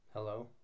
Hello